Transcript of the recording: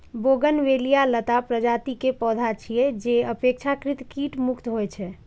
bougainvillea लता प्रजाति के पौधा छियै, जे अपेक्षाकृत कीट मुक्त होइ छै